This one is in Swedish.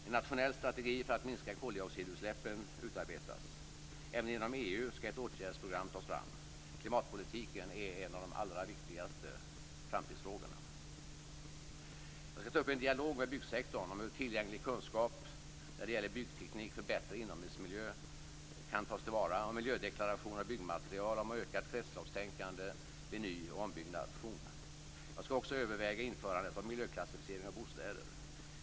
En nationell strategi för att minska koldioxidutsläppen utarbetas. Även inom EU skall ett åtgärdsprogram tas fram. Klimatpolitiken är en av de allra viktigaste framtidsfrågorna. Jag skall ta upp en dialog med byggsektorn om hur tillgänglig kunskap när det gäller byggteknik för bättre inomhusmiljö kan tas till vara, om miljödeklaration av byggmaterial och om ökat kretsloppstänkande vid ny och ombyggnation. Jag skall också överväga införandet av miljöklassificering av bostäder.